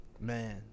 Man